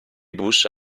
bruce